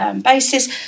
basis